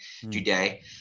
today